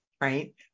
right